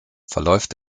verläuft